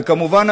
וכמובן,